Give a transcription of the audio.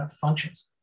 functions